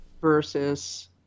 versus